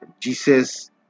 Jesus